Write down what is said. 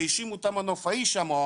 שהאשימו את המנופאי שם,